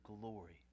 glory